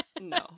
No